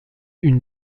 une